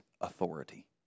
authority